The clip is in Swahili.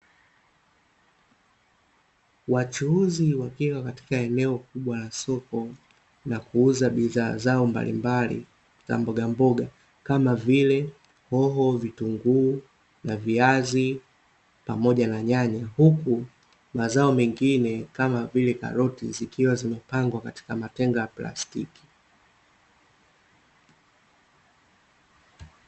Wachuuzi wakiwa katika eneo kubwa la soko na kuuza bidhaa zao mbalimbali za mbogamboga, kama vile: mihogo, vitunguu na viazi, pamoja na nyanya; huku mazao mengine kama vile karoti, zikiwa zimepangwa katika matenga ya plastiki.